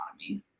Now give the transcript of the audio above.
economy